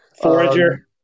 Forager